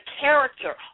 character